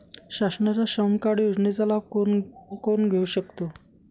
शासनाच्या श्रम कार्ड योजनेचा लाभ कोण कोण घेऊ शकतो?